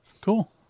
cool